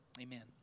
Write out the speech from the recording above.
Amen